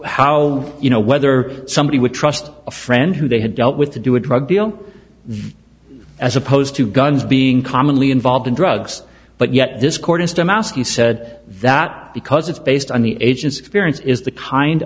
how you know whether somebody would trust a friend who they had dealt with to do a drug deal as opposed to guns being commonly involved in drugs but yet this court is dumb ass he said that because it's based on the agent's experience is the kind